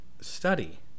study